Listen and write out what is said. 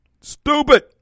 Stupid